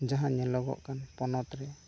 ᱡᱟᱦᱟᱸ ᱧᱮᱞᱚᱜᱚᱜ ᱠᱟᱱ ᱯᱚᱱᱚᱛ ᱨᱮ